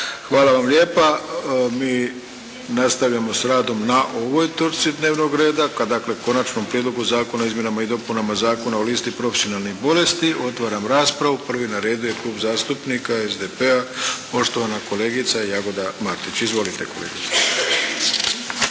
Hvala vam lijepa. Mi nastavljamo s radom na ovoj točci dnevnog reda, dakle Konačnom prijedlogu Zakona izmjenama i dopunama Zakona o listi profesionalnih bolesti. Otvaram raspravu. Prvi na redu je Klub zastupnika SDP-a, poštovana kolegica Jagoda Martić. Izvolite kolegice.